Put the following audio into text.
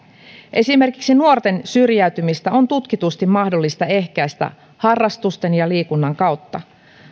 esimerkiksi nuorten syrjäytymistä on tutkitusti mahdollista ehkäistä harrastusten ja liikunnan kautta